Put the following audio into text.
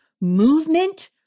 movement—